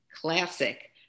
classic